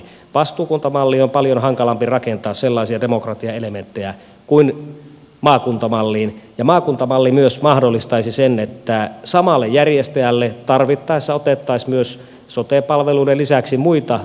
vastuukuntamalliin on paljon hankalampi rakentaa sellaisia demokratiaelementtejä kuin maakuntamalliin ja maakuntamalli myös mahdollistaisi sen että samalle järjestäjälle tarvittaessa otettaisiin sote palveluiden lisäksi myös muita palveluita